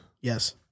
Yes